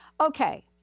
Okay